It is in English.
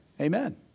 Amen